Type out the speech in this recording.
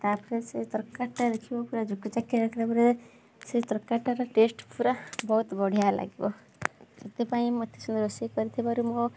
ତାପରେ ସେ ତରକାରୀ ଟା ଦେଖିବ ପୁରା ଜୁକୁଜାକିଆ ରଖିଲା ପରେ ସେ ତରକାରୀ ଟା ର ଟେଷ୍ଟ୍ ପୁରା ବହୁତ ବଡ଼ିଆ ଲାଗିବ ସେଥିପାଇଁ ମୋତେ ସବୁ ରୋଷେଇ କରିଥିବାରୁ ମୋ